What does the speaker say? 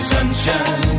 Sunshine